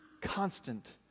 constant